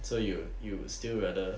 so you you still rather